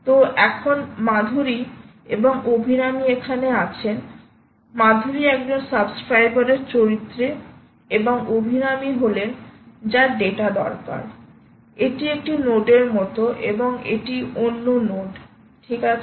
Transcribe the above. তো এখন মাধুরী এবং অভিরামি এখানে আছেন মাধুরী একজন সাবস্ক্রাইবারের চরিত্রে এবং অভিরামি হলেন যার ডেটা দরকার এটি একটি নোডের মতো এবং এটি অন্য নোড ঠিক আছে